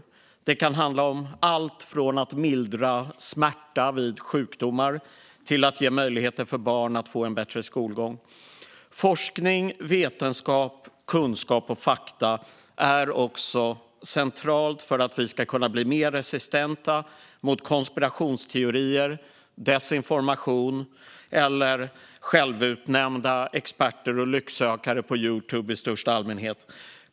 Det kan handla om allt från att lindra smärta vid sjukdom till att ge barn möjligheter till bättre skolgång. Forskning, vetenskap, kunskap och fakta är också centralt för att vi ska kunna bli mer resistenta mot konspirationsteorier, desinformation och självutnämnda experter och lycksökare på Youtube i största allmänhet.